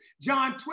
John